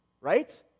Right